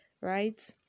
right